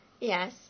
Yes